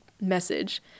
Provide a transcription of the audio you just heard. message